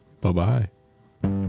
Bye-bye